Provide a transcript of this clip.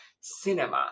cinema